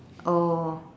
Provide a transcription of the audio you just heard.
oh